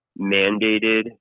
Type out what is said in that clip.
mandated